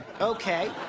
Okay